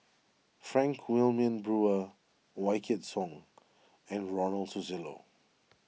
Frank Wilmin Brewer Wykidd Song and Ronald Susilo